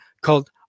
called